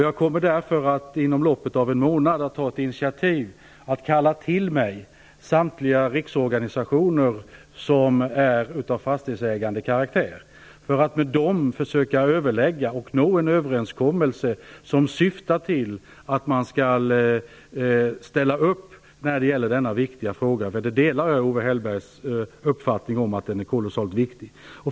Jag kommer därför att inom loppet av en månad ta ett initiativ och kalla till mig samtliga riksorganisationer som är av fastighetsägande karaktär för att med dem försöka överlägga och nå en överenskommelse som syftar till att man skall ställa upp när det gäller denna viktiga fråga. Jag delar Owe Hellbergs uppfattning att den är kolossalt viktig.